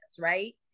right